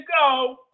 go